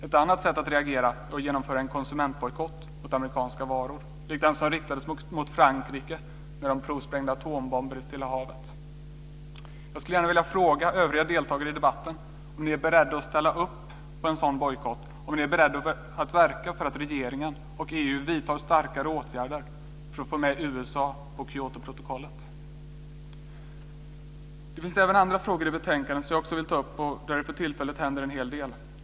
Ett annat sätt att reagera är att genomföra en konsumentbojkott mot amerikanska varor, likt den som riktades mot Frankrike när landet provsprängde atombomber i Stilla Havet. Jag skulle gärna vilja fråga övriga deltagare i debatten om ni är beredda att ställa upp på en sådan bojkott och om ni är beredda att verka för att regeringen och EU vidtar starkare åtgärder för att få med USA på Kyotoprotokollet. Det finns även andra frågor i betänkandet som jag vill ta upp, där det för tillfället händer en hel del.